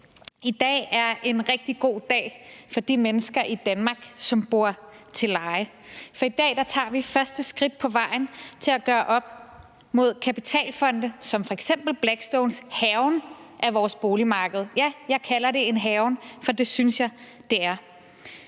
I dag er en rigtig god dag for de mennesker i Danmark, som bor til leje, for i dag tager vi første skridt på vejen mod at gøre op med kapitalfonde som f.eks. Blackstones hærgen af vores boligmarked. Ja, jeg kalder det en hærgen, for det synes jeg det er.